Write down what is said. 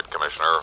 Commissioner